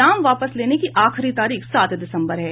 नाम वापस लेने की आखिरी तारीख सात दिसम्बर है